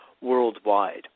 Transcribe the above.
worldwide